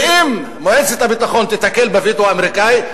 ואם מועצת הביטחון תיתקל בווטו האמריקני,